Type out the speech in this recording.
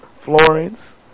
Florence